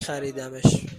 خریدمش